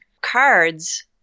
cards